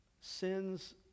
Sin's